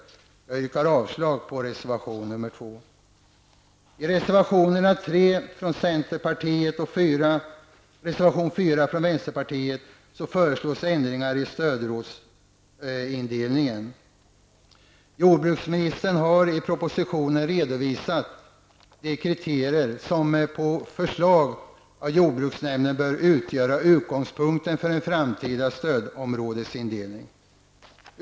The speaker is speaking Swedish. Jag yrkar avslag på reservation nr 2. från vänsterpartiet föreslås ändringar i stödområdesindelningen. Jordbruksministern har i propositionen redovisat de kriterier som på förslag av jordbruksnämnden bör utgöra utgångspunkt för en framtida stödområdesindelning.